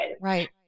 Right